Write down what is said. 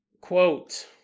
quote